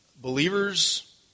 Believers